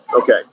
Okay